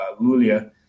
Lulia